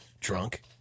Drunk